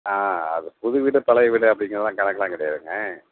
ஆ அது புது வீடு பழைய வீடு அப்படிங்குறதுலாம் கணக்குலாம் கிடையாதுங்க